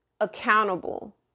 accountable